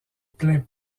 plains